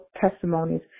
testimonies